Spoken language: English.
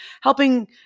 helping